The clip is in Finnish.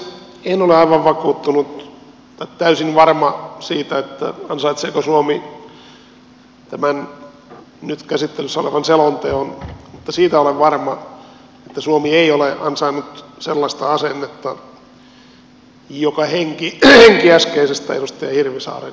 en ole aivan täysin varma siitä ansaitseeko suomi tämän nyt käsittelyssä olevan selonteon mutta siitä olen varma että suomi ei ole ansainnut sellaista asennetta joka henki äskeisestä edustaja hirvisaaren puheenvuorosta